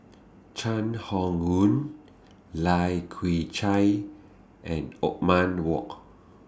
Chai Hon Yoong Lai Kew Chai and Othman Wok